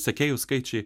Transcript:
sekėjų skaičiai